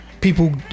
people